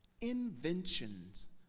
inventions